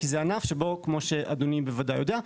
כי זה ענף שבו כמו שאדוני בוודאי יודע,